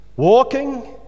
walking